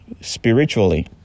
spiritually